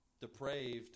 depraved